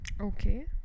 Okay